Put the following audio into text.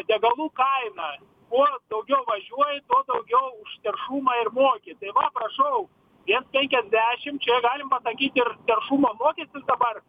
degalų kainą kuo daugiau važiuoji tuo daugiau už taršumą ir moki tai va prašau viens penkiasdešim čia galim pasakyt ir taršumo mokestis dabar